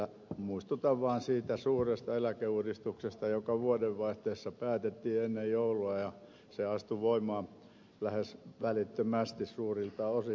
muistutan vaan siitä suuresta eläkeuudistuksesta joka vuodenvaihteessa päätettiin ennen joulua ja se astui voimaan lähes välittömästi suurilta osin